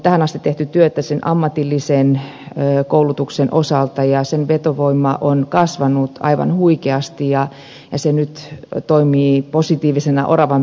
tähän asti on tehty työtä ammatillisen koulutuksen osalta ja sen vetovoima on kasvanut aivan huikeasti ja se toimii nyt positiivisena oravanpyöränä